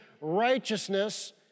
righteousness